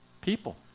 people